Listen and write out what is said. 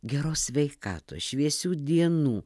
geros sveikatos šviesių dienų